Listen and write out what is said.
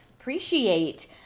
appreciate